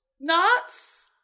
Nuts